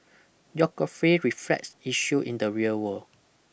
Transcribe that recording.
geography reflects issue in the real world